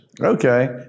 okay